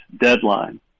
deadline